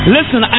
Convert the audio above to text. Listen